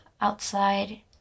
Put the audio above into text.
outside